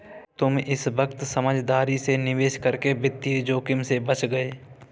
तुम इस वक्त समझदारी से निवेश करके वित्तीय जोखिम से बच गए